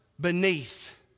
beneath